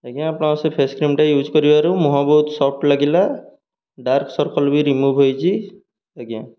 ଆଜ୍ଞା ଆପଣଙ୍କ ସେ ଫେସ୍ କ୍ରିମ୍ଟା ୟୁଜ୍ କରିବାରୁ ମୁହଁ ବହୁତ ସଫ୍ଟ ଲାଗିଲା ଡ଼ାର୍କ ସର୍କଲ୍ ବି ରିମୁଭ୍ ହୋଇଛି ଆଜ୍ଞା